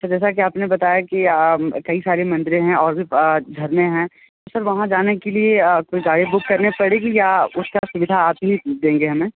sir जैसा कि आपने बताया कि कई सारी मंदिरें हैं और भी झरने हैं सर वहाँ जाने के लिए कुछ गाड़ी बुक करनी पड़ेगी या उसका सुविधा आप ही देंगे हमें